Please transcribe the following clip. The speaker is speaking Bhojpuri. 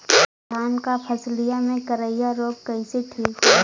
धान क फसलिया मे करईया रोग कईसे ठीक होई?